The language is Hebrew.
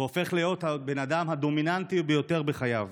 והוא הופך להיות הבן אדם הדומיננטי ביותר בחייו.